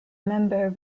member